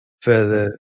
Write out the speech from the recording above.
further